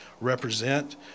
represent